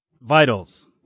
Vitals